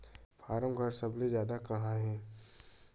form घर सबले जादा कहां हे